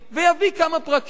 ויביא כמה פרקים.